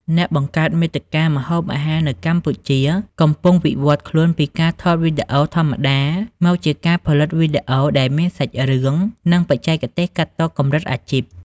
អ្នកបង្កើតមាតិកាម្ហូបអាហារនៅកម្ពុជាកំពុងវិវត្តខ្លួនពីការថតវីដេអូធម្មតា មកជាការផលិតវីដេអូដែលមានសាច់រឿង និងបច្ចេកទេសកាត់តកម្រិតអាជីព។